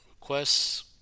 requests